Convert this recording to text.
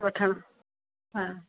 वठणु हा